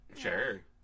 Sure